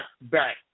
back